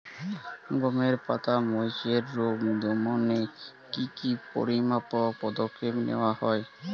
গমের পাতার মরিচের রোগ দমনে কি কি পরিমাপক পদক্ষেপ নেওয়া হয়?